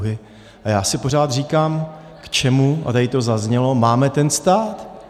A já si pořád říkám, k čemu a tady to zaznělo máme ten stát?